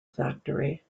factory